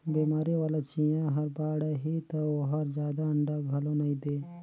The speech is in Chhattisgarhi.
बेमारी वाला चिंया हर बाड़ही त ओहर जादा अंडा घलो नई दे